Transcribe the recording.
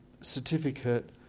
certificate